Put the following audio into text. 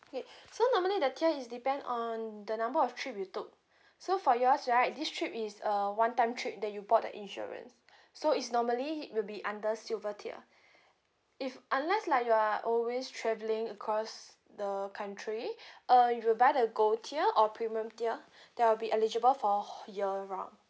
K so normally the tier is depend on the number of trip you took so for yours right this trip is a one time trip that you bought the insurance so is normally will be under silver tier if unless like you are always travelling across the country uh if you buy the gold tier or premium tier that will be eligible for a who~ year round